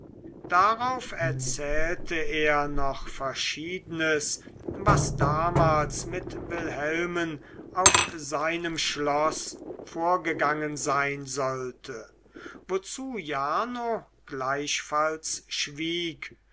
darauf erzählte er noch verschiedenes was damals mit wilhelmen auf seinem schloß vorgegangen sein sollte wozu jarno gleichfalls schwieg